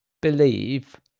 believe